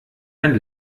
ein